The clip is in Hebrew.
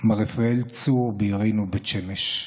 מר רפאל צור בעירנו בית שמש.